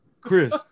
Chris